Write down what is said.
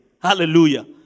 Hallelujah